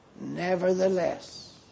Nevertheless